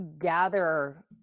gather